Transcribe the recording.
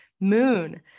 Moon